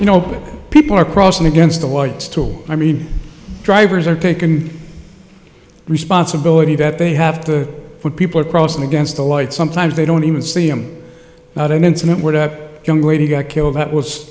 you know people are crossing against the wards tool i mean drivers are taken responsibility that they have to put people across and against a light sometimes they don't even see i'm not an incident where that young lady got killed that was